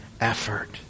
effort